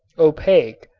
opaque,